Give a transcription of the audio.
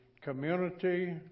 community